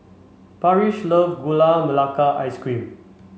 Parrish love Gula Melaka Ice Cream